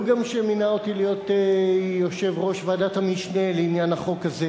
והוא גם שמינה אותי להיות יושב-ראש ועדת המשנה לעניין החוק הזה.